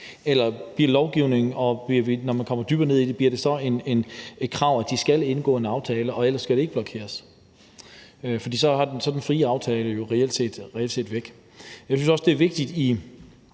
Eller bliver det, når man kommer dybere ned i det, et krav, at de skal indgå en aftale, og ellers skal det ikke blokeres? For så er den frie aftale jo reelt set væk. Guderne skal vide, at jeg ikke